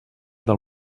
del